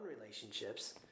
relationships